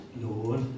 Lord